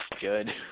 good